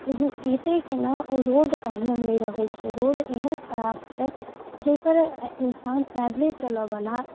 लेकिन एतै कोना रोड ओ बढ़िआँ नहि रहै छै रोड एहन खराब छै जाहिपर इंसान पैदले चलैवला